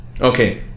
Okay